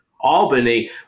Albany